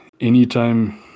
anytime